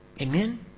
Amen